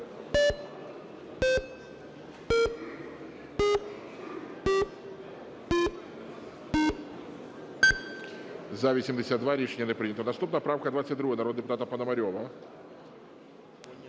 За-82 Рішення не прийнято. Наступна правка 222, народного депутата Пономарьова.